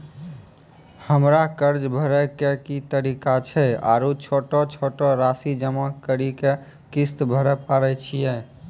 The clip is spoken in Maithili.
हमरा कर्ज भरे के की तरीका छै आरू छोटो छोटो रासि जमा करि के किस्त भरे पारे छियै?